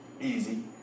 easy